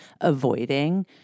avoiding